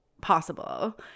possible